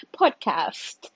podcast